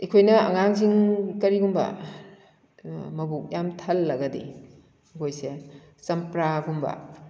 ꯑꯩꯈꯣꯏꯅ ꯑꯉꯥꯡꯁꯤꯡ ꯀꯔꯤꯒꯨꯝꯕ ꯃꯕꯨꯛ ꯌꯥꯝ ꯊꯜꯂꯒꯗꯤ ꯑꯩꯈꯣꯏꯁꯦ ꯆꯝꯄ꯭ꯔꯥꯒꯨꯝꯕ